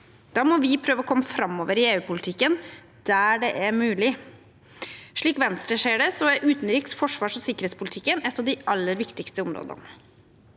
Da må vi prøve å komme framover i EU-politikken der det er mulig. Slik Venstre ser det, er utenriks-, forsvars- og sikkerhetspolitikken et av de aller viktigste områdene.